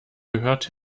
gehört